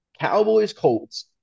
Cowboys-Colts